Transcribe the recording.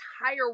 entire